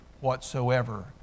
whatsoever